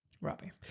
Robbie